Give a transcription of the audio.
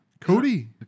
Cody